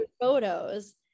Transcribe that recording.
photos